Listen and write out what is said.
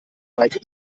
meike